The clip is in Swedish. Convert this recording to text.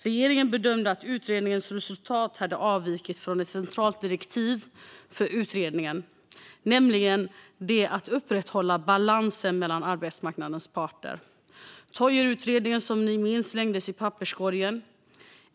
Regeringen bedömde att utredningens resultat hade avvikit från ett centralt direktiv för utredningen, nämligen det att upprätthålla balansen mellan arbetsmarknadens parter. Toijerutredningen slängdes som ni minns i papperskorgen.